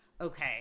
okay